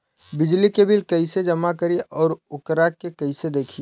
बिजली के बिल कइसे जमा करी और वोकरा के कइसे देखी?